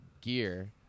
gear